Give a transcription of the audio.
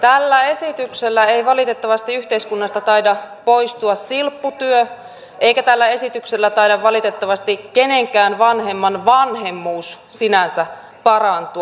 tällä esityksellä ei valitettavasti yhteiskunnasta taida poistua silpputyö eikä tällä esityksellä taida valitettavasti kenenkään vanhemman vanhemmuus sinänsä parantua